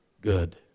good